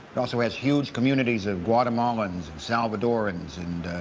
it also has huge communities of guatemalans, salvadorans and